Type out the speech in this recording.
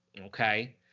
okay